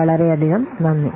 വളരെയധികം നന്ദി